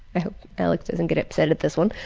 i hope alex doesn't get upset at this one.